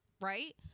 right